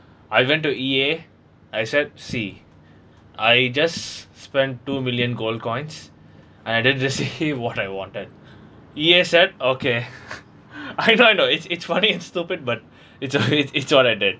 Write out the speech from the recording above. I went to E_A I said see I just spent two million gold coins and I didn't receive what I wanted E_A said okay I know I know it's it's funny and stupid but it's it's all like that